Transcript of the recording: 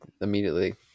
immediately